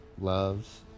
loves